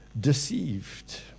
deceived